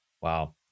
wow